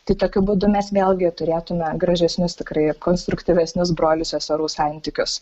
tai tokiu būdu mes vėlgi turėtume gražesnius tikrai konstruktyvesnius brolių seserų santykius